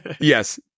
Yes